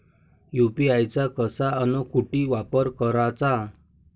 UPI चा कसा अन कुटी वापर कराचा?